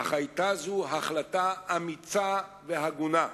אך היתה זו החלטה אמיצה והגונה.